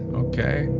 okay,